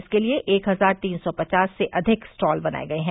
इसके लिए एक हजार तीन सौ पचास से अधिक स्टॉल बनाए गए हैं